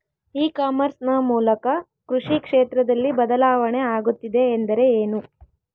E commerce ನ ಮೂಲಕ ಕೃಷಿ ಕ್ಷೇತ್ರದಲ್ಲಿ ಬದಲಾವಣೆ ಆಗುತ್ತಿದೆ ಎಂದರೆ ಏನು?